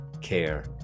care